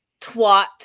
twat